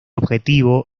objetivo